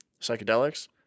psychedelics